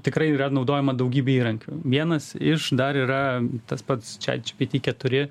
tikrai yra naudojama daugybė įrankių vienas iš dar yra tas pats chat gpt keturi